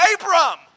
Abram